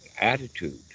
attitude